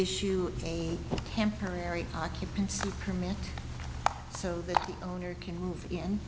issue a temporary occupancy permit so that the owner can move in